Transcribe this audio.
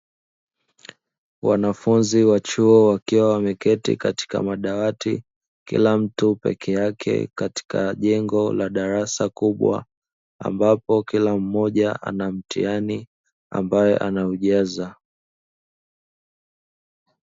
Wanafunzi wa chuo wakiwa wameketi katika madawati kila mtu peke yake, katika jengo la darasa kubwa ambapo kila mmoja ana mtihani ambaye ana ujaza.